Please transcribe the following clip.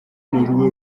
nirwo